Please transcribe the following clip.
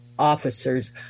officers